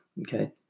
okay